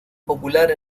popular